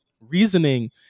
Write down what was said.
reasoning